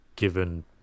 given